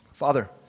Father